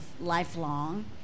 lifelong